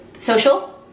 social